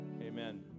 amen